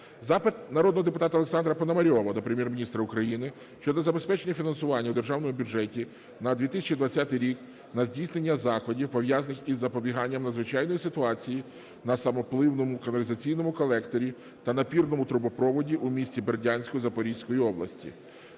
Запит народного депутата Олександра Пономарьова до Прем'єр-міністра України щодо забезпечення фінансування у Державному бюджеті на 2020 рік на здійснення заходів, пов'язаних із запобіганням надзвичайної ситуації на самопливному каналізаційному колекторі та напірному трубопроводі у місті Бердянську Запорізької області.